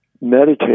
Meditate